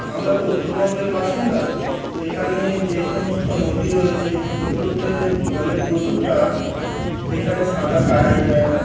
আমরা তো উত্তরবঙ্গের বাসিন্দা তো এখানে যে সমস্ত নদী রয়েছে এগুলোতে জলে প্রচুর টান এখানে সাঁতার কাটাই যায় না